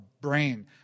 brain